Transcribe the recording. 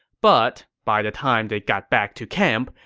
but by the time they got back to camp,